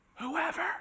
Whoever